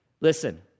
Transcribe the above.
Listen